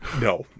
No